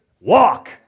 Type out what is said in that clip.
walk